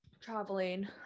traveling